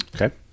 Okay